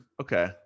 okay